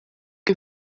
que